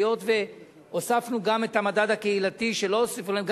היות שהוספנו גם את המדד הקהילתי שלא הוסיפו להם,